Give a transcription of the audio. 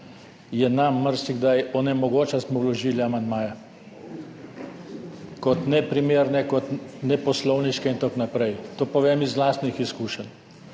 Bergoč, marsikdaj onemogočila, da smo vložili amandmaje, kot neprimerne, kot neposlovniške in tako naprej. To povem iz lastnih izkušenj.